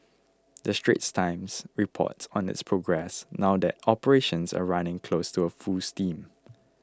the Straits Times reports on its progress now that operations are running close to full steam